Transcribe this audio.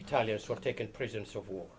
italians were taken prisoners of war